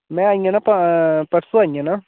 मैं आई जाना पं पंरसू आई जाना